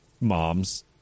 moms